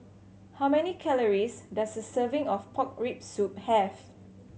how many calories does a serving of pork rib soup have